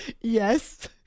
Yes